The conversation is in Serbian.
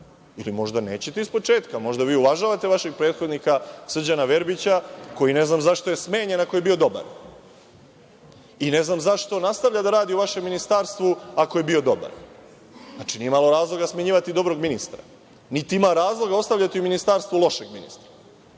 Ili, možda vi nećete iz početka? Možda vi uvažavate vašeg prethodnika Srđana Verbića, koji ne znam zašto je smenjen ako je bio dobar? I ne znam zašto nastavlja da radi u vašem ministarstvu ako je bio dobar? Znači, nije imalo razloga smenjivati dobrog ministra. Niti ima razloga ostavljati u ministarstvu lošeg ministra